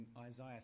isaiah